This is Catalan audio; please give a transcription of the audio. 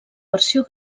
versió